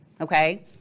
okay